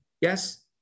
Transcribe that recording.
Yes